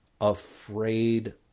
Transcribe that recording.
afraid